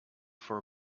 for